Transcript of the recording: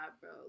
bro